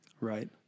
Right